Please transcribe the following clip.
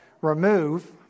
remove